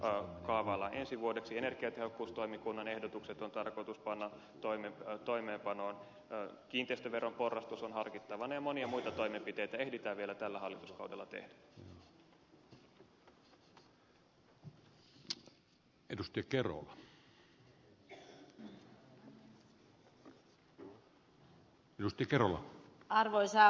syöttötariffeja kaavaillaan ensi vuodeksi energiatehokkuustoimikunnan ehdotukset on tarkoitus panna toimeenpanoon kiinteistöveron porrastus on harkittavana ja monia muita toimenpiteitä ehditään vielä tällä hallituskaudella tehdä